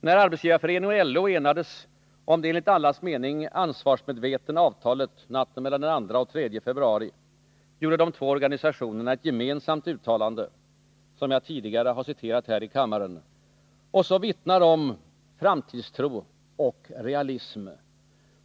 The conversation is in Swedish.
När SAF och LO enades om det enligt allas mening ansvarsmedvetna avtalet natten mellan den 2 och 3 februari gjorde de två organisationerna ett gemensamt uttalande, som jag tidigare har citerat här i kammaren och som vittnar om framtidstro och realism.